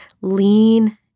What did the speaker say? Lean